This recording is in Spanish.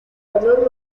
color